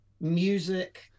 music